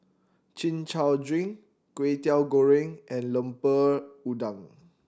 Chin Chow drink Kway Teow Goreng and Lemper Udang